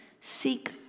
Seek